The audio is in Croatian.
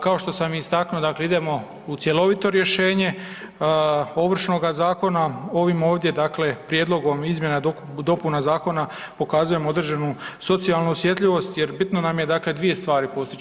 Kao što sam i istaknuo dakle idemo u cjelovito rješenje Ovršnoga zakona ovim ovdje dakle prijedlogom izmjena i dopuna zakona pokazujemo određenu socijalnu osjetljivost jer bitno nam je dakle 2 stvari postići.